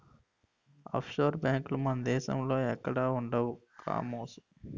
offshore బేంకులు మన దేశంలో ఎక్కడా ఉండవు కామోసు